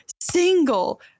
single